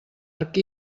arc